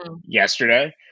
yesterday